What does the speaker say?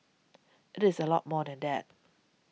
it is a lot more than that